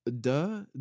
Duh